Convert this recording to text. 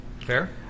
Fair